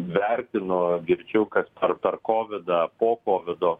vertinu girdžiu kas per per kovidą po kovido